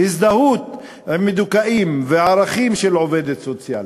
הזדהות עם מדוכאים וערכים של עובדת סוציאלית.